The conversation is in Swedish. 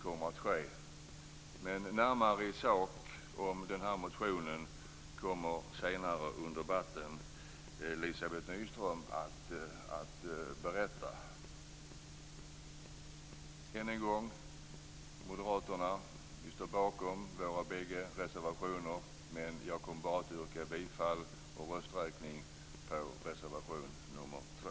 Men närmare i sak om denna motion kommer senare under debatten Elizabeth Nyström att berätta. Än en gång: Vi moderater står bakom våra bägge reservationer, men jag kommer att yrka bifall och rösträkning bara vad gäller reservation nr 2.